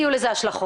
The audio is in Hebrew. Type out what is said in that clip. יהיו לזה השלכות.